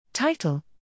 Title